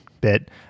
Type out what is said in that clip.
bit